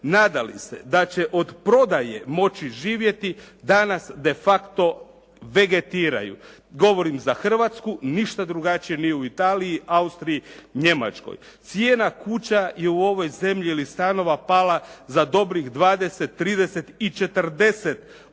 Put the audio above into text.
nadali se da će od prodaje moći živjeti danas de facto vegetiraju. Govorim za Hrvatsku. Ništa drugačije nije u Italiji, Austriji, Njemačkoj. Cijena kuća je u ovoj zemlji ili stanova pala za dobrih 20, 30 i 40%.